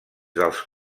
dels